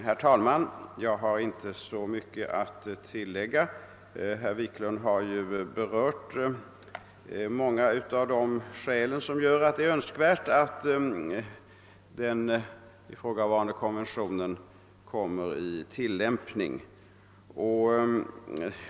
Herr talman! Jag har inte så mycket att tillägga. Herr Wiklund i Stockholm har ju be rört många av de skäl som gör det önskvärt att den ifrågavarande konventionen kommer i tillämpning.